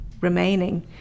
remaining